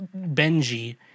Benji